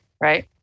right